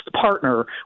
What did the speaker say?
partner